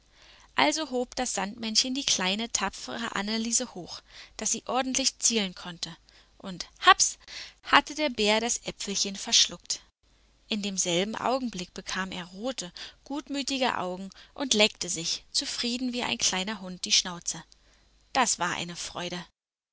also hob das sandmännchen die kleine tapfere anneliese hoch daß sie ordentlich zielen konnte und happs hatte der bär das äpfelchen verschluckt in demselben augenblick bekam er rote gutmütige augen und leckte sich zufrieden wie ein kleiner hund die schnauze das war eine freude